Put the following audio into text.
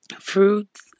fruits